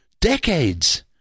decades